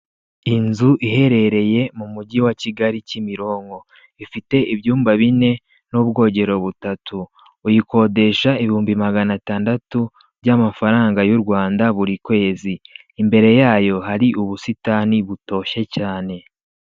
Inzu iherereye mu mujyi wa kigali Kimironko ifite ibyumba bine n'ubwogero butatu uyikodesha ibihumbi magana atandatu by'amafaranga y'u Rwanda buri kwezi imbere yayo hari ubusitani butoshye cyane.